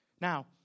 Now